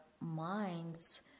minds